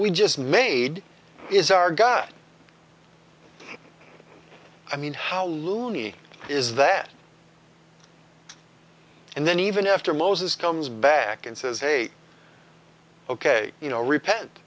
we just made is our god i mean how loony is that and then even after moses comes back and says hey ok you know